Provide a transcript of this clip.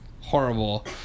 horrible